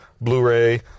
Blu-ray